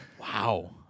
Wow